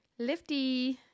Lifty